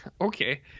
okay